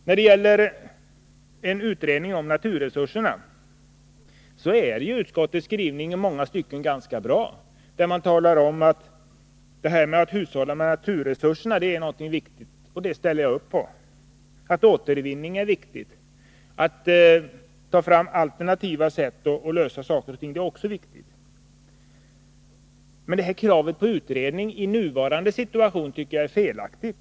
När det gäller en utredning om naturresurserna är utskottets skrivning i många stycken ganska bra. Man talar där om att det är viktigt att hushålla med naturresurserna. Det instämmer jag i. Det är viktigt att ha återvinning liksom också att ta fram alternativa lösningar. Men kravet på utredning i nuvarande situation tycker jag är felaktigt.